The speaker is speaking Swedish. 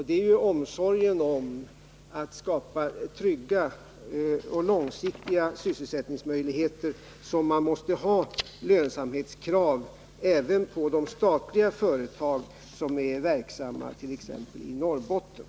Det är av omsorg om långsiktiga och trygga sysselsättningsmöjligheter som man måste ställa lönsamhetskrav även på de statliga företag som är verksamma t.ex. i Norrbotten.